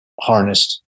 harnessed